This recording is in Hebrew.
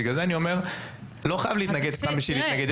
לכן אני אומר שלא חייב להתנגד סתם בשביל להתנגד.